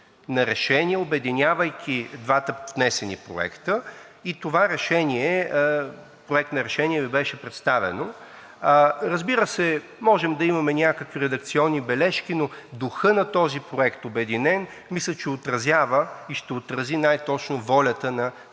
на решение, обединявайки двата внесени проекта, и този проект на решение беше представен. Разбира се, можем да имаме някакви редакционни бележки, но духът на този обединен проект мисля, че отразява и ще отрази най точно волята на